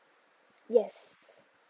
yes